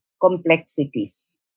complexities